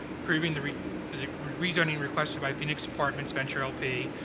approving the rezoning requested by phoenix apartments venture lp,